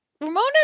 Ramona